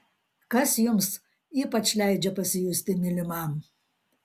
kas jums ypač leidžia pasijusti mylimam